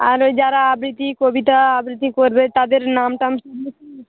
আর ওই যারা আবৃত্তি কবিতা আবৃত্তি করবে তাদের নাম টাম সব লিখে